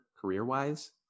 career-wise